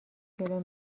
جلو